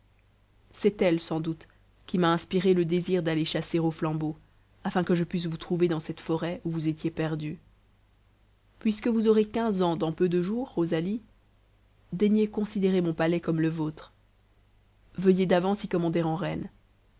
c'est elle sans doute qui m'a inspiré le désir d'aller chasser aux flambeaux afin que je pusse vous trouver dans cette forêt où vous étiez perdue puisque vous aurez quinze ans dans peu de jours rosalie daignez considérer mon palais comme le vôtre veuillez d'avance y commander en reine